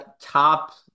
top